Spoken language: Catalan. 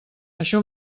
això